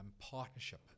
partnership